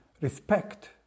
respect